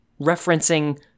referencing